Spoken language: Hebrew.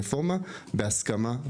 מהרפורמה שעתידה לקרות.